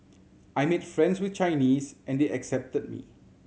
I made friends with Chinese and they accepted me